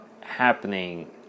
happening